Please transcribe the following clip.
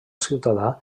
ciutadà